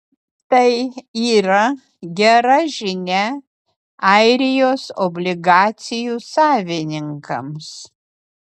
tai yra gera žinia airijos obligacijų savininkams